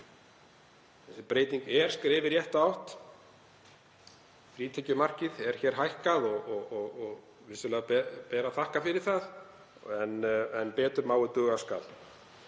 Þessi breyting er skref í rétta átt, frítekjumarkið er hækkað, og vissulega ber að þakka fyrir það. En betur má ef duga skal.